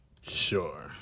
Sure